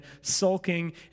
sulking